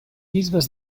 bisbes